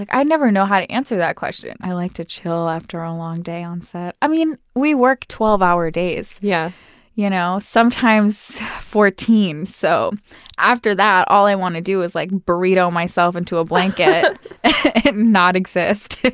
like i never know how to answer that question. i like to chill after a long day on set. i mean, we work twelve hour days. yeah you know sometimes fourteen, so after that all i want to do is like burrito myself into a blanket and not exist.